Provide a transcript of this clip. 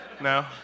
No